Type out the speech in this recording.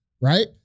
right